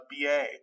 BA